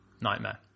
nightmare